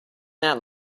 that